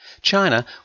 China